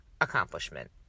accomplishment